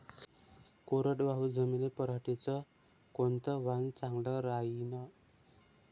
कोरडवाहू जमीनीत पऱ्हाटीचं कोनतं वान चांगलं रायीन?